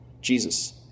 Jesus